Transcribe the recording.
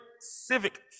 civic